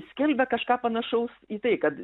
skelbia kažką panašaus į tai kad